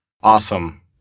Awesome